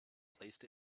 placed